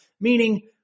Meaning